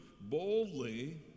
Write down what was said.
boldly